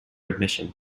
admission